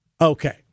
okay